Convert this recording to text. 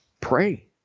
pray